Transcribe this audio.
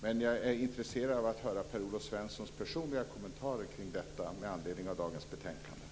Jag är ändå intresserad av att höra Per-Olof Svenssons personliga kommentarer kring detta med anledning av dagens betänkande.